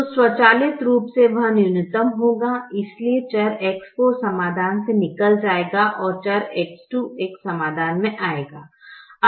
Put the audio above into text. तो स्वचालित रूप से वह न्यूनतम होगा इसलिए चर X4 समाधान से निकल जाएगा और चर X2 x समाधान मे आएगा